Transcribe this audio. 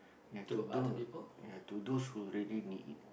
ya to though ya to those who really need it